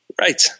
Right